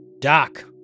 Doc